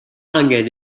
angen